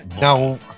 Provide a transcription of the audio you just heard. No